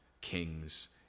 kings